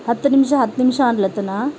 ಹತ್ತು ನಿಮಿಷ ಹತ್ತು ನಿಮಿಷ ಅನ್ಲತನ